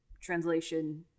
translation